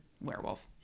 werewolf